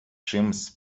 чимсь